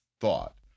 thought